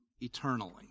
eternally